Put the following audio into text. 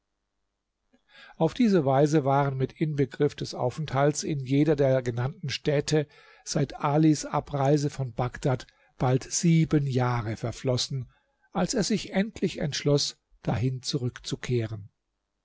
auf diese weise waren mit inbegriff des aufenthalts in jeder der genannten städte seit alis abreise von bagdad bald sieben jahre verflossen als er sich endlich entschloß dahin zurückzukehren